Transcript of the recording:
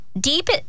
Deep